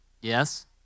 Yes